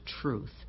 truth